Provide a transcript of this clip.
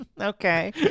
Okay